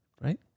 right